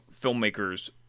filmmakers